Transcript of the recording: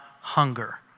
hunger